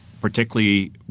particularly